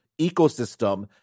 ecosystem